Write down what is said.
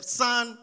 son